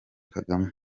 kagame